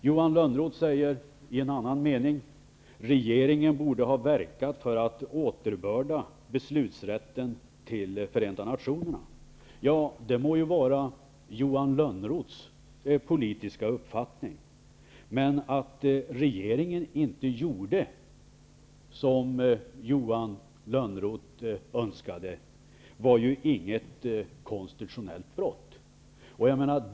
Johan Lönnroth säger i en annan mening: ''Regeringen borde ha verkat för att återbörda beslutsrätten till FN.'' Ja, det må vara Johan Lönnroths politiska uppfattning, men att regeringen inte gjorde som han önskade var ju inget konstitutionellt brott.